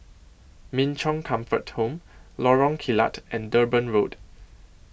Min Chong Comfort Home Lorong Kilat and Durban Road